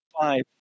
five